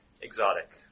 Exotic